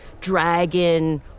dragon